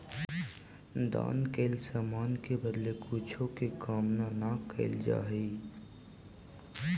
दान कैल समान के बदले कुछो के कामना न कैल जा हई